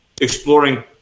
exploring